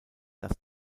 dass